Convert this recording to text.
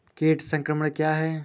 कीट संक्रमण क्या है?